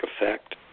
effect